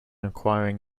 acquiring